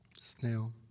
Snail